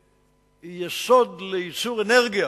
כיסוד לייצור אנרגיה